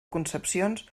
concepcions